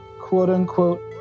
quote-unquote